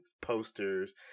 posters